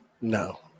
No